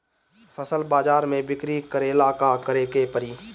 फसल बाजार मे बिक्री करेला का करेके परी?